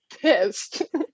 pissed